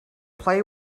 play